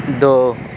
دو